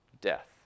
death